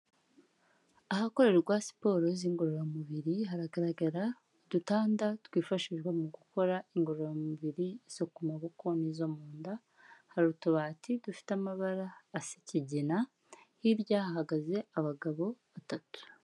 Ahakorerwa siporo z'ingororamubiri, haragaragara udutanda twifashishwa mu gukora ingororamubiri zo ku maboko n'izo mu nda, hari utubati dufite amabara asa ikigina, hirya hahagaze abagabo batatu.